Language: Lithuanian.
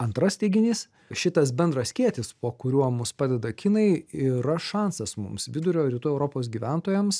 antras teiginys šitas bendras skėtis po kuriuo mus padeda kinai yra šansas mums vidurio rytų europos gyventojams